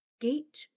gate